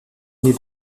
n’est